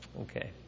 okay